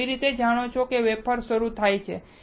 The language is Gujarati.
તમે કેવી રીતે જાણો છો કે વેફર શરૂ થાય છે